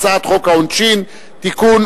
הצעת חוק העונשין (תיקון,